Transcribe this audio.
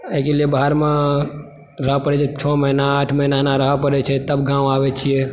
एहिके लिए बाहमे रहय पड़ैत छै छओ महीना आठ महीना एना रहय पड़ैत छै तब गाम आबय छियै